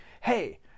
hey